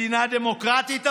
מדינה דמוקרטית אמרנו?